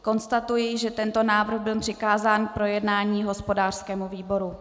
Konstatuji, že tento návrh byl přikázán k projednání hospodářskému výboru.